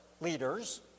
leaders